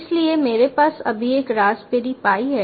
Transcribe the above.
इसलिए मेरे पास अभी एक रास्पबेरी पाई है